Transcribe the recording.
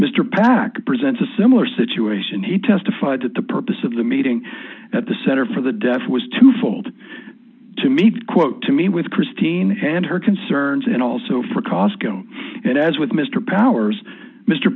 mr packard presents a similar situation he testified that the purpose of the meeting at the center for the deaf was twofold to meet quote to meet with christina and her concerns and also for costco and as with mr powers mr